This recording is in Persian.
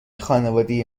خانواده